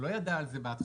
הוא לא ידע על זה בהתחלה,